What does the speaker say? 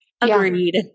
Agreed